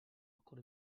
cor